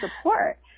support